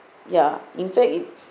ya in fact it